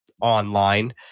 online